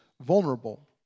vulnerable